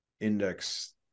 index